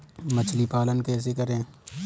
मछली पालन कैसे करें?